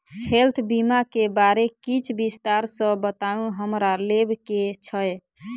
Health बीमा केँ बारे किछ विस्तार सऽ बताउ हमरा लेबऽ केँ छयः?